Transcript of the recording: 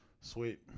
Sweet